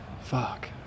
Fuck